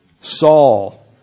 Saul